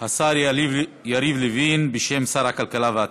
השר יריב לוין בשם שר הכלכלה והתעשייה.